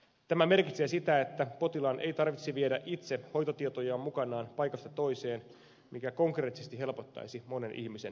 tämä merkitsee sitä että potilaan ei tarvitsisi viedä itse hoitotietojaan mukanaan paikasta toiseen mikä konkreettisesti helpottaisi monen ihmisen elämää